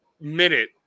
minute